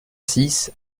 six